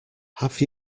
have